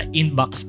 inbox